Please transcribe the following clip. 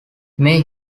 may